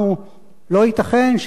לא ייתכן שאזרחים